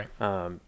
Right